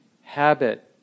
habit